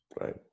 Right